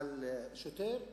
על שוטר "ערבוש".